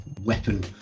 weapon